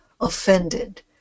offended